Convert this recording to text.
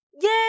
Yay